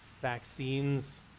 vaccines